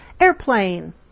airplane